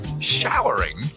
showering